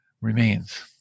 remains